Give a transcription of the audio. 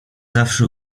zawsze